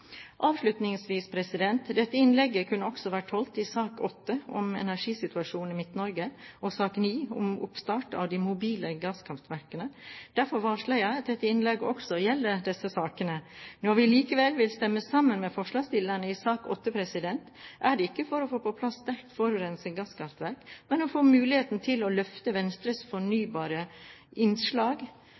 Avslutningsvis: Dette innlegget kunne også vært holdt i sak nr. 8, om energisituasjonen i Midt-Norge, og i sak nr. 9, om oppstart av de mobile gasskraftverkene. Derfor varsler jeg at dette innlegget også gjelder for disse sakene. Når vi likevel vil stemme sammen med forslagsstillerne i sak nr. 8, er det ikke for å få på plass sterkt forurensende gasskraftverk, men for å få muligheten til å løfte Venstres fornybare innslag